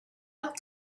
out